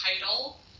title